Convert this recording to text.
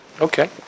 Okay